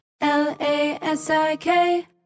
L-A-S-I-K